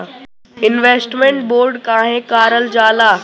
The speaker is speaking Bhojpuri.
इन्वेस्टमेंट बोंड काहे कारल जाला?